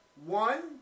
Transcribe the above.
One